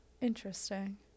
Interesting